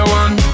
one